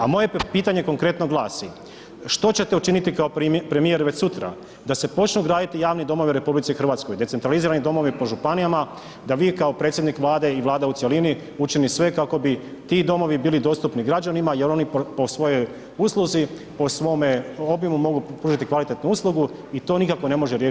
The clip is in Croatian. A moje pitanje konkretno glasi, što ćete učiniti kao premijer već sutra da se počnu graditi javni domovi u RH, decentralizirani domovi po županijama da vi kao predsjednik Vlade i Vlada u cjelini učini sve kako bi ti domovi bili dostupni građanima jel oni po svojoj usluzi, po svome obimu mogu pružiti kvalitetnu uslugu i to nikao ne može riješiti tržište?